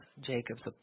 Jacobs